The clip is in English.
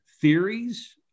theories